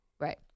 Right